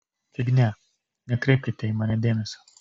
fignia nekreipkite į mane dėmesio